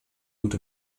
und